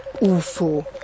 UFO